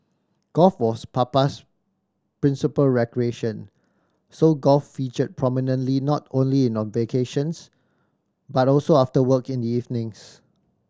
golf was Papa's principal recreation so golf featured prominently not only vacations but also after work in the evenings